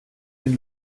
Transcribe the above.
den